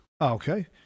Okay